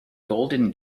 golden